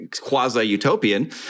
quasi-utopian